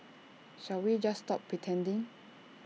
shall we just stop pretending